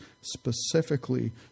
specifically